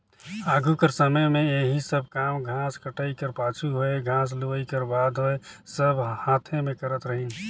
आघु कर समे में एही सब काम घांस कटई कर पाछू होए घांस लुवई कर बात होए सब हांथे में करत रहिन